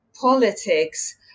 politics